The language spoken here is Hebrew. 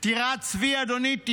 טירת צבי, אדוני, 9.6%,